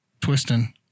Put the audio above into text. twisting